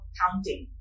counting